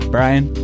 Brian